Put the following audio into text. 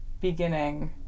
beginning